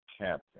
captain